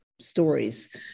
stories